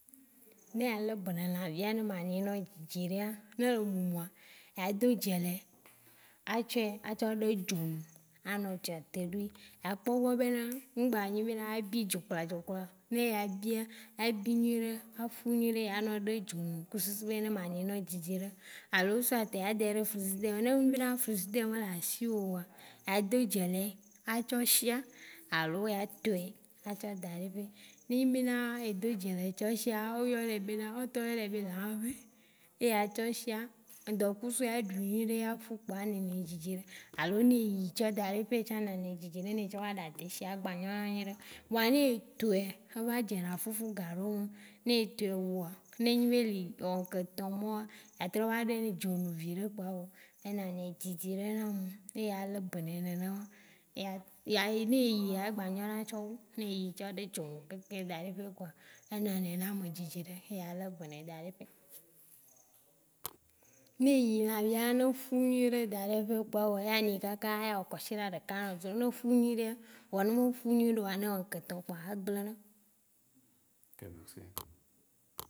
. Ne eya lebe na lãvia ne ma nye nao dzidzi ɖea, n ele mumua, a doe dzɛlɛ, a tsɔe a tsɔ ɖo dzo me, a nɔ dzɔtɛ ɖui. A kpɔ be bena ŋgba nyi nene ela bi dzɔ kpla dzɔ kpɔa ne ya bia, ya bi nyuiɖe, a ƒu nyuiɖe ya nɔ ɖe dze me ku susu be ne ma nɔe dzidzi ɖo alo ou soit ya daɖɛ frizidɛr me nem bena frizidɛr me le ashi woa a do dzɛlɛ, a tsɔ shia, alo ya tɔɛ a tsɔ daɖe ƒe. Ne enyi be na e do dzɛlɛ tsɔ shia, o yɔnɛ bena o ŋtɔ o yɔnɛ b lããvi. Eya tsɔ shia. Ŋdɔkusu ya ɖui nyuiɖe ya ƒu kpɔa a nɔ yi dzidzi ɖe. Alo nɛ eyi tsɔ daɖe eƒe etsã nɔna dzidzi ne etsɔ ɖana deshi ewa gba nyɔna nyiɖe. Vɔa ne etɔɛa, eva dze na ƒuƒu gaɖome. Ne etɔɛ woɔa, ne enyi be li o ke tɔ mɔa, a trɔ va dee le dzo me viɖe kpɔa evɔ. Enɔna dzidzi ɖe na ame. Eya lebenɛ nene ma. Eeya ya ye eyia egba nyɔna tsɔ wu. Ne eyi tsɔ ɖe dzɔ wo keke daɖe ƒe kpɔa, enɔna na ame dzidzi ɖe. Eya lebenɛ daɖe ƒe. Ne eyi lãvia eƒu nyuiɖe daɖe ƒe kpɔ evɔ, eya nyi kaka eya wɔ kɔshiɖa ɖeka ya nɔ ve. Ne eƒu nyuiɖea vɔa ne me ƒu nyuiɖeoa ne ewɔ ŋkeke tɔ kpɔa egble na.